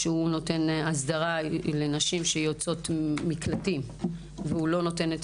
שנותן הסדרה לנשים שיוצאות ממקלטים ולא נותן את